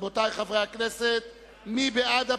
על-פי סעיף 121. מי בעד הפיצול?